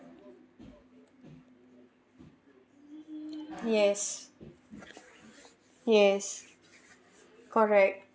yes yes correct